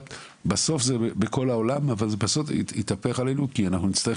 בסוף זה בכל העולם ובסוף זה יתהפך עלינו כי נצטרך